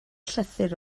llythyr